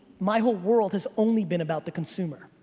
my whole world has only been about the consumer.